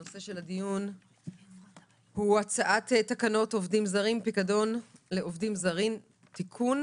נושא הדיון הוא הצעת תקנות עובדים זרים (פיקדון לעובדים זרים)(תיקון),